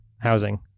housing